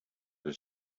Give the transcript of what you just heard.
his